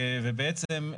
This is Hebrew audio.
בעצם,